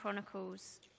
Chronicles